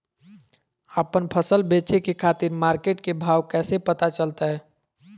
आपन फसल बेचे के खातिर मार्केट के भाव कैसे पता चलतय?